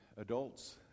adults